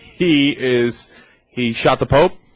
he is he shot the pope